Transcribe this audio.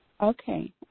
Okay